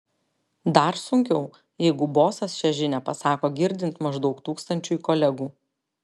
dar sunkiau jeigu bosas šią žinią pasako girdint maždaug tūkstančiui kolegų